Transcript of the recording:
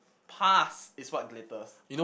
pass is what glitters